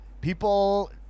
People